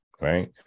Right